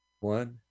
one